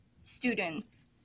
students